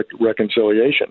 reconciliation